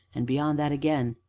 and beyond that again,